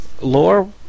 Lore